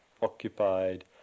occupied